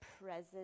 present